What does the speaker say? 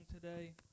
today